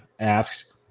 asks